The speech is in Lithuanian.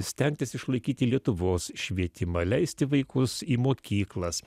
stengtis išlaikyti lietuvos švietimą leisti vaikus į mokyklas